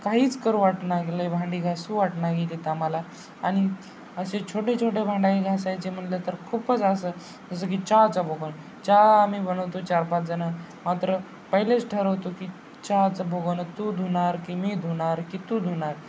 काहीच करू वाटना गेलं आहे भांडी घासू वाटना गेली आहेत आम्हाला आणि असे छोटे छोटे भांडे घासायचे म्हणलं तर खूपच असं जसं की चहाचं भगोणं चहा आम्ही बनवतो चार पाच जणं मात्र पहिलेच ठरवतो की चहाचं भगोणं तू धुणार की मी धुणार की तू धुणार